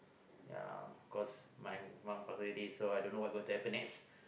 yeah cause my mum out already so I don't know what's going to happen next